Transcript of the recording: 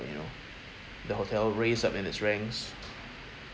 you know the hotel raise up in its ranks